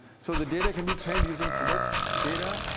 so the data can be trained using commit data.